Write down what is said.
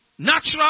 natural